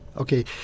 Okay